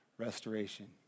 restoration